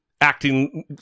acting